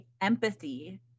empathy